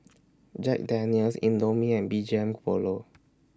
Jack Daniel's Indomie and B G M Polo